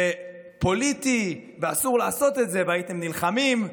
זה פוליטי, ואסור לעשות את זה, והייתם נלחמים.